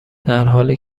درحالی